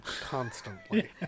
constantly